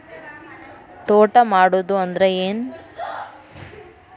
ತೋಟ ಮಾಡುದು ಅಂದ್ರ ಏನ್?